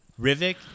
rivik